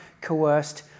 coerced